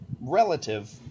relative